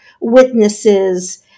witnesses